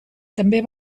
també